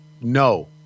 No